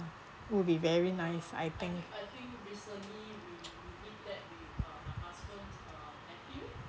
would be very nice I think